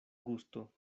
gusto